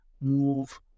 move